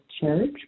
Church